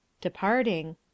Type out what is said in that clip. Departing